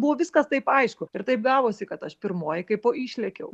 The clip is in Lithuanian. buvo viskas taip aišku ir taip gavosi kad aš pirmoji kaipo išlėkiau